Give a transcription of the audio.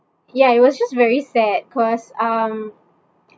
ya it was just very sad cause um